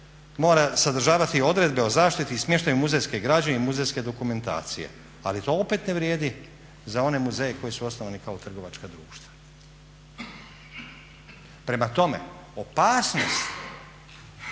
mora sadržavati odredbe o zaštiti i smještaju muzejske građe i muzejske dokumentacije ali to opet ne vrijedi za one muzeje koji su osnovani kao trgovačka društva. Prema tome, opasnost